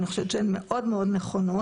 אני חושבת שהן מאוד מאוד נכונות.